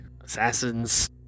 assassins